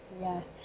Yes